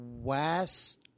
West